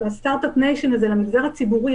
ה-Start-Up Nation לבין המגזר הציבורי,